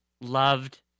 loved